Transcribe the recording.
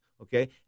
Okay